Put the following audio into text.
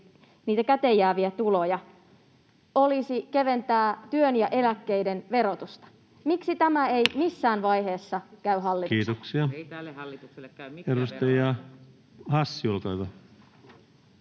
niitä käteen jääviä tuloja olisi keventää työn ja eläkkeiden verotusta. Miksi tämä ei missään vaiheessa käy hallitukselle? [Leena